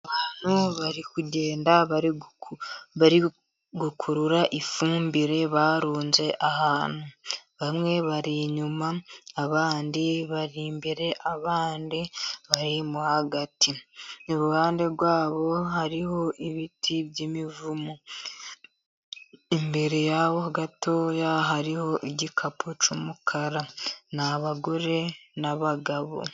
Abantu bari kugenda bari gukurura ifumbire barunze ahantu. Bamwe bari inyuma abandi bari imbere abandi barimo hagati. Iruhande rwabo hariho ibiti by'imivumu, imbere yaho gatoya hariho igikapu cy'umukara. Ni abagore n'abagabo.